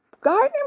garden